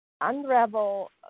unravel